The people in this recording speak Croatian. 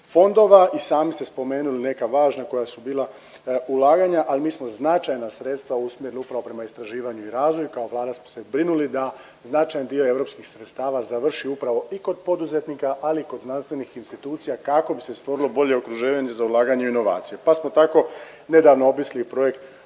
i sami ste spomenuli neka važna koja su bila ulaganja, al mi smo značajna sredstva usmjerili upravo prema istraživanju i razvoju, kao Vlada smo se brinuli da značajni dio europskih sredstava završi upravo i kod poduzetnika, ali i kod znanstvenih institucija kako bi se stvorilo bolje okruženje za ulaganje u inovacije, pa smo tako nedavno obišli projekt